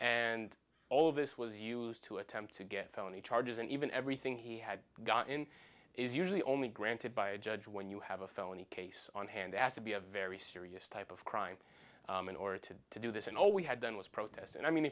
and all of this was used to attempt to get felony charges and even everything he had got in is usually only granted by a judge when you have a felony case on hand as to be a very serious type of crime in order to do this and all we had done was protest and i mean